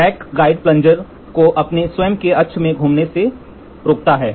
rack guide plunger को अपने स्वयं के अक्ष में घूमने से रोकता है